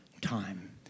time